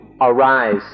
arise